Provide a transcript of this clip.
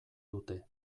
dute